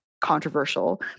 controversial